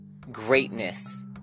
greatness